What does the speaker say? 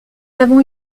avons